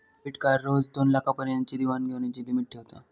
debit card रोज दोनलाखा पर्यंतची देवाण घेवाणीची लिमिट ठेवता